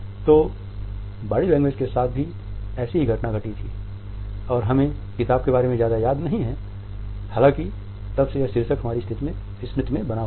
तो body language के साथ भी ऐसी ही घटना घटी थी और हमें किताब के बारे में ज्यादा याद नहीं है हालाँकि तब से यह शीर्षक हमारी स्मृति में बना हुआ है